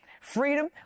Freedom